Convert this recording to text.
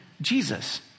Jesus